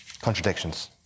contradictions